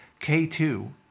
K2